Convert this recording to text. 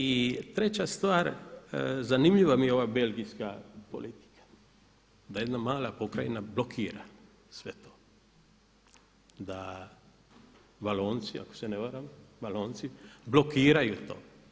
I treća stvar, zanimljiva mi je ova belgijska politika, da jedna mala pokrajina blokira sve to, da Valonci ako se ne varam blokiraju to.